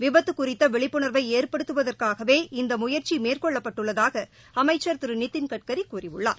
விபத்து குறித்த விழிப்புணர்வை ஏற்படுத்தவதற்காகவே இந்த முயற்சி மேற்கொள்ளப்பட்டுள்ளதாக அமைச்சர் திரு நிதின்கட்கரி கூறியுள்ளார்